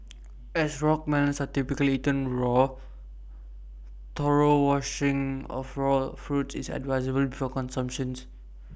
as rock melons are typically eaten raw thorough washing of the raw fruits is advisable before consumption